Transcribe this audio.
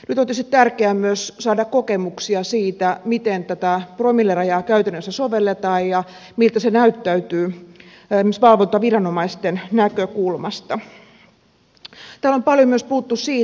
nyt on tietysti tärkeää myös saada kokemuksia siitä miten tätä promillerajaa käytännössä sovelletaan ja miten se näyttäytyy esimerkiksi valvontaviranomaisten näkökulmasta